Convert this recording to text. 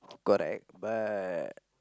correct but